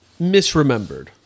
misremembered